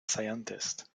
scientist